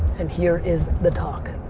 and here is the talk.